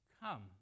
Come